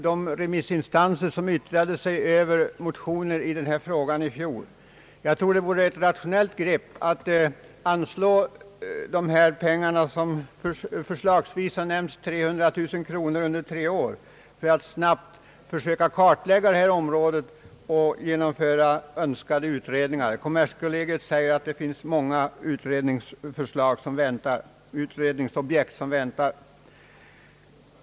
De remissinstanser som yttrade sig över motioner i denna fråga i fjol framhöll samma sak. Jag tror att det vore ett rationellt grepp att anslå den summa på 300 000 kronor under tre år, som förslagsvis nämnts, för att snabbt söka kartlägga detta område och genomföra önskade utredningar. Kommerskollegium säger att det finns många utredningsobjekt som väntar.